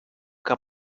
que